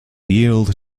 yield